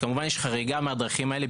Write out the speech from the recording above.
שיש חריגה מהדרכים האלה,